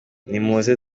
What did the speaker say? nimuze